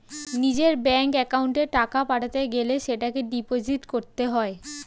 নিজের ব্যাঙ্ক অ্যাকাউন্টে টাকা পাঠাতে গেলে সেটাকে ডিপোজিট করতে হয়